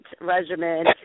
regimen